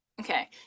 Okay